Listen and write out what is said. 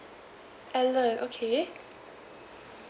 alan okay